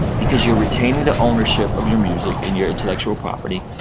because you're retaining the ownership of your music and your intellectual property,